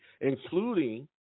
including